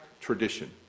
tradition